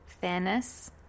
fairness